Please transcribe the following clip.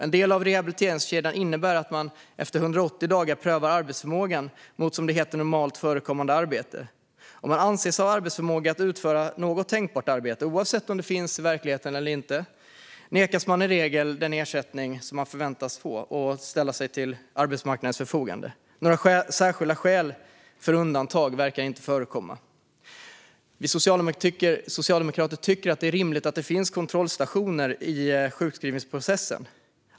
En del i rehabiliteringskedjan är att man efter 180 dagar prövar arbetsförmågan mot, som det heter, normalt förekommande arbete. Om man anses ha arbetsförmåga att utföra något tänkbart arbete, oavsett om det finns i verkligheten eller inte, nekas man i regel den ersättning man förväntas få och ska ställa sig till arbetsmarknadens förfogande. Några särskilda skäl för undantag verkar inte förekomma. Vi socialdemokrater tycker att det är rimligt att det finns kontrollstationer under sjukskrivningsprocessen.